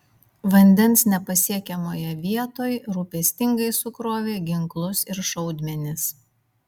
vandens nepasiekiamoje vietoj rūpestingai sukrovė ginklus ir šaudmenis